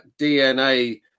DNA